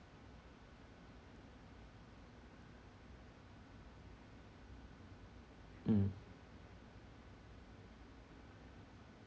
mm